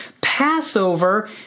Passover